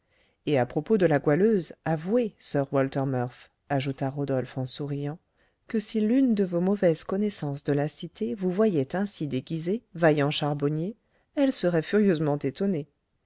et à propos de la goualeuse avouez sir walter murph ajouta rodolphe en souriant que si l'une de vos mauvaises connaissances de la cité vous voyait ainsi déguisé vaillant charbonnier elle serait furieusement étonnée